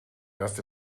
erst